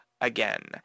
again